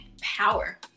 power